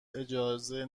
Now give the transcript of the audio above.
اجازه